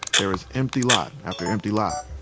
there is empty lot after empty lot.